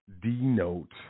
denote